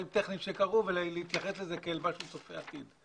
טכניים שקרו ולהתייחס לזה כאל משהו צופה עתיד.